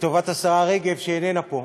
לטובת השרה רגב שאיננה פה.